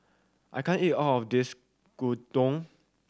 I can't eat all of this Gyudon